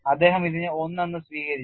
അദ്ദേഹം ഇതിനെ ഒന്ന് എന്ന് സ്വീകരിച്ചു